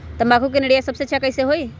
तम्बाकू के निरैया सबसे अच्छा कई से होई?